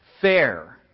Fair